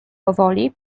powoli